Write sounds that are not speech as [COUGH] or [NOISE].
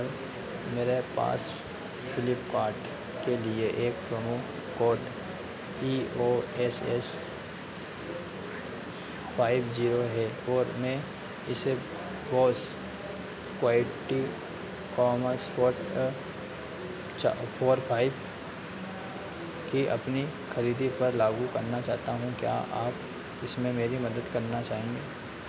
मेरे पास फ्लीपकार्ट के लिए एक promo code E O S S five zero है और मैं इसे बोस क्वाइट [UNINTELLIGIBLE] फोर फाइव की अपनी खरीदी पर लागू करना चाहता हूँ क्या आप इसमें मेरी मदद करना चाहेंगे